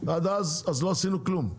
אז לא עשינו כלום.